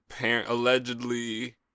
allegedly